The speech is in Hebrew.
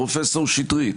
פרופ' שטרית,